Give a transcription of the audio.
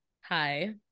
hi